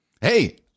Hey